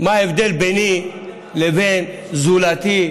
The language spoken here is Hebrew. מה ההבדל ביני לבין זולתי,